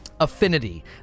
affinity